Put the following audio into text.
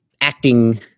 acting